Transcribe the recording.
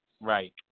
Right